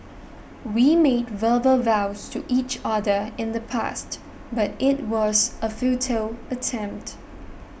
we made verbal vows to each other in the past but it was a futile attempt